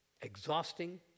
exhausting